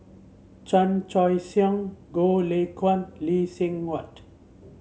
Chan Choy Siong Goh Lay Kuan Lee Seng Huat